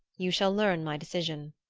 you shall learn my decision.